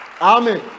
Amen